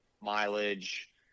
mileage